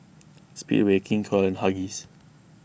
Speedway King Koil and Huggies